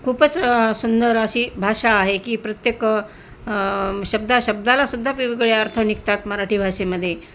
खूपच सुंदर अशी भाषा आहे की प्रत्येक शब्दा शब्दालासुद्धा वेगवेगळे अर्थ निघतात मराठी भाषेमध्ये